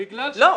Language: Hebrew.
לא.